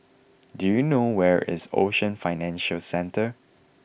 do you know where is Ocean Financial Centre